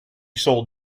sold